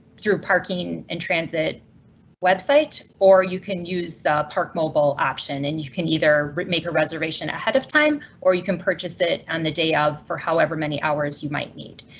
parking and transit website or you can use the park mobile option and you can either make a reservation ahead of time or you can purchase it on the day of for however many hours you might need.